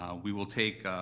we will take